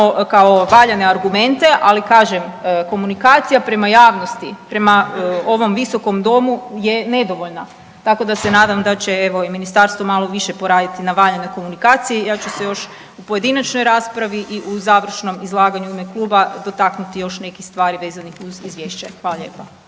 kao valjane argumente, ali kažem komunikacija prema javnosti, prema ovom visokom domu je nedovoljna, tako da se nadam da će evo i ministarstvo malo više poraditi na valjanoj komunikaciji. Ja ću se još u pojedinačnoj raspravi i u završnom izlaganju u ime kluba dotaknuti još nekih stvari vezanih uz izvješće. Hvala lijepa.